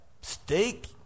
steak